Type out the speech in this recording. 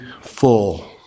full